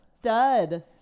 stud